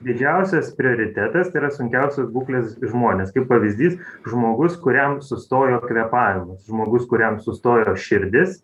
didžiausias prioritetas tai yra sunkiausios būklės žmonės kaip pavyzdys žmogus kuriam sustojo kvėpavimas žmogus kuriam sustojo širdis